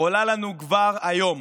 עולה לנו כבר היום